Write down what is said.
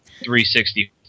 360